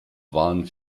waren